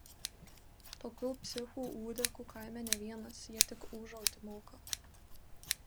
tokių psichų ūdekų kaime ne vienas jie tik ūžauti moka